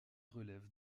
relève